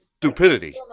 stupidity